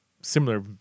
similar